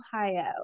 Ohio